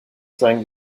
sein